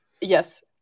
Yes